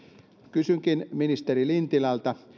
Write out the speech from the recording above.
kysynkin ministeri lintilältä